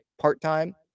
part-time